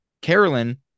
Carolyn